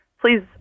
Please